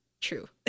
true